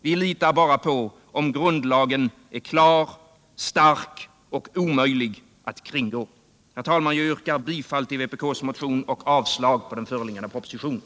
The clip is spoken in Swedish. Vi känner oss säkra bara om grundlagen är klar, stark och omöjlig att kringgå. Herr talman! Jag yrkar bifall till vpk:s motion och avslag på den föreliggande propositionen.